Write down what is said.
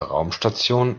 raumstation